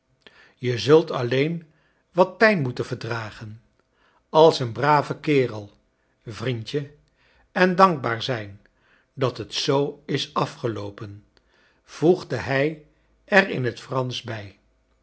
je zult alleen wat pijn moeten verdragen als een brave kerel vriendje en dankbaar zijn dat het zoo is afgeloopen voegde hij er in het fransch bij